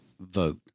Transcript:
vote